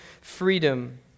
freedom